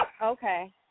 Okay